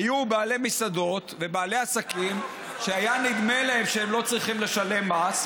היו בעלי מסעדות ובעלי עסקים שהיה נדמה להם שהם לא צריכים לשלם מס,